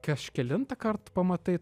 kažkelintąkart pamatai